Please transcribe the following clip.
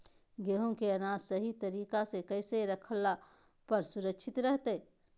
गेहूं के अनाज सही तरीका से कैसे रखला पर सुरक्षित रहतय?